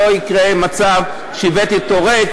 שלא יקרה מצב שהבאתי אותו לריק,